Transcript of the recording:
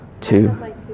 two